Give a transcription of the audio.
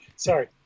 Sorry